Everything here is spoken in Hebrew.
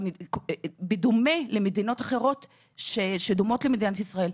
בדומה למדינות אחרות שדומות למדינת ישראל,